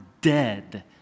dead